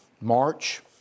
March